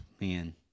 man